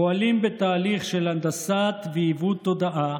פועלים בתהליך של הנדסת ועיוות תודעה